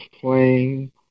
playing